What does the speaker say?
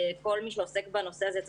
כל מי שעוסק בנושא הזה,